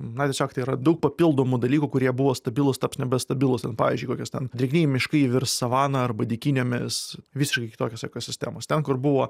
na tiesiog tai yra daug papildomų dalykų kurie buvo stabilūs taps nebestabilūs ten pavyzdžiui kokios ten drėgnieji miškai virs savana arba dykynėmis visiškai kitokios ekosistemos ten kur buvo